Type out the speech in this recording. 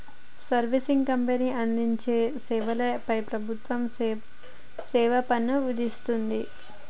servicing కంపెనీలు అందించే సేవల పై ప్రభుత్వం సేవాపన్ను విధిస్తుంది